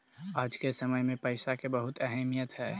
आज के समय में पईसा के बहुत अहमीयत हई